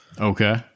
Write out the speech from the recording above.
okay